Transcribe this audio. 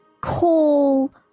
call